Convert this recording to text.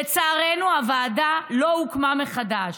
לצערנו, הוועדה לא הוקמה מחדש.